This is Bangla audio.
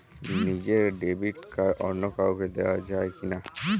নিজের ডেবিট কার্ড অন্য কাউকে দেওয়া যায় কি না?